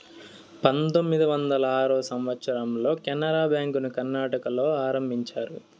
పంతొమ్మిది వందల ఆరో సంవచ్చరంలో కెనరా బ్యాంకుని కర్ణాటకలో ఆరంభించారు